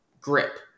grip